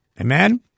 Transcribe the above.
Amen